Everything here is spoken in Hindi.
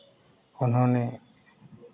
उन्होंने